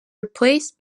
replaced